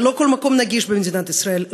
שלא כל מקום נגיש במדינת ישראל,